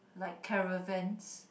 like caravans